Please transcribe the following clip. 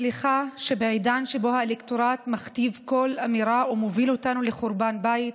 סליחה שבעידן שבו האלקטורט מכתיב כל אמירה ומוביל אותנו לחורבן בית